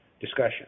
discussion